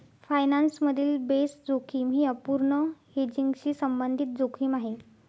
finance मधील base जोखीम ही अपूर्ण हेजिंगशी संबंधित जोखीम आहे